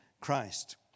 Christ